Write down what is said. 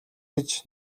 гэж